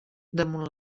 damunt